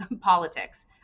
politics